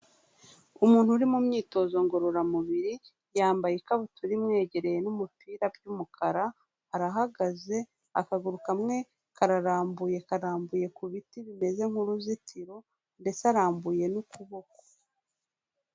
Umuntu uri mu myitozo ngororamubiri, yambaye ikabutura imwegereye n'umupira by'umukara, arahagaze, akaguru kamwe kararambuye, karambuye ku biti bimeze nk'uruzitiro, ndetse arambuye n'ukuboko.